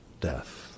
death